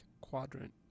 quadrant